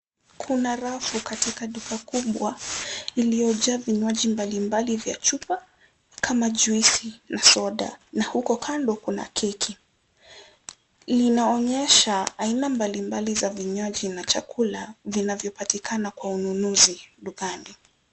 Kuna rafu katika duka kubwa, iliyojaa vinywaji mbalimbali vya chupa, kama juisi na soda, na huko kando kuna keki. Linaonyesha aina mbalimbali za vinywaji na chakula, vinavyopatikana kwa ununuzi dukani.